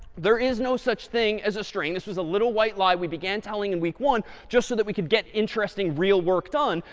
there is no such thing as a string. this was a little white lie we began telling in week one just so that we could get interesting, real work done,